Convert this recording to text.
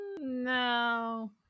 no